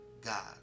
God